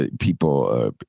people